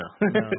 No